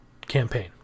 campaign